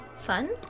fun